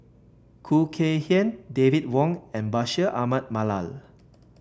Khoo Kay Hian David Wong and Bashir Ahmad Mallal